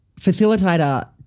facilitator